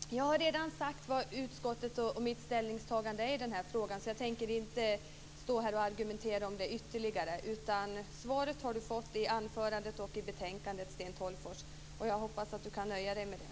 Fru talman! Jag har redan sagt vilket utskottets och mitt ställningstagande är i denna fråga. Jag tänker inte stå här och argumentera om det ytterligare. Sten Tolgfors har fått svar i anförandet och i betänkandet. Jag hoppas att han kan nöja sig med det.